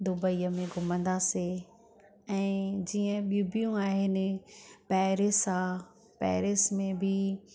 दुबईअ में घुमंदासीं ऐं जीअं ॿियूं बि आहिनि पेरिस आहे पेरिस में बि